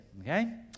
Okay